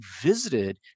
visited